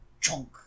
Chunk